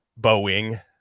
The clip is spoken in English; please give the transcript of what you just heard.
Boeing